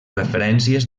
referències